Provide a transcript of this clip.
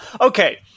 okay